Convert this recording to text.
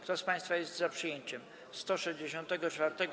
Kto z państwa jest za przyjęciem 167.